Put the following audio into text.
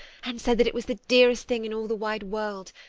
and said that it was the dearest thing in all the wide world,